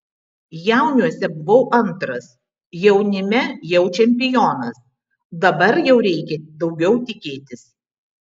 jauniuose buvau antras jaunime jau čempionas dabar jau reikia daugiau tikėtis